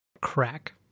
crack